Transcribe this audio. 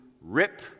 rip